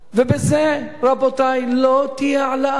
ובזה, רבותי, לא תהיה העלאה.